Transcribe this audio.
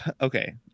okay